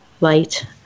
light